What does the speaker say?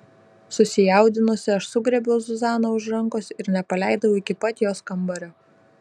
susijaudinusi aš sugriebiau zuzaną už rankos ir nepaleidau iki pat jos kambario